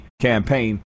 campaign